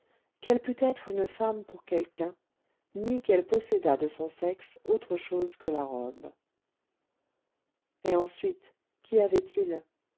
qu'elle pût être une femme pour quelqu'un ni qu'elle possédât de son sexe autre chose que la robe et ensuite qu'y avait-il